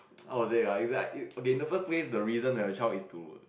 how to say ah it's like okay in the first place the reason to have the child is to